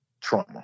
trauma